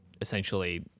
essentially